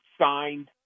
signed